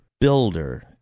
builder